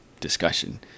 discussion